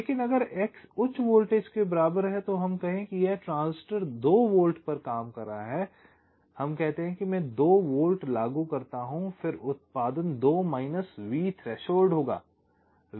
लेकिन अगर X उच्च वोल्टेज के बराबर है तो हम कहें कि यह ट्रांजिस्टर 2 वोल्ट पर काम कर रहा है हम कहते हैं कि मैं 2 वोल्ट लागू करता हूं फिर उत्पादन 2 माइनस V थ्रेशोल्ड होगा